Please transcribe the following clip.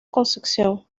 concepción